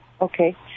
okay